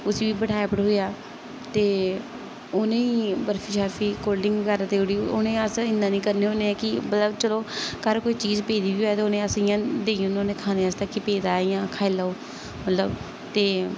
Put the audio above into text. उसी बी बठाया बठूया ते उनेंगी बर्फी शर्फी कोल्ड ड्रिंक बगैरा देई ओड़ी उ'नेंगी अस इ'न्ना नेईं करने होन्ने हा कि मतलब चलो घर कोई चीज पेदी बी होऐ ते अस इ'यां देई ओड़ने होन्ने आं खाने आस्तै कि पेदा इ'यां खाई लैओ मतलब ते